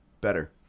better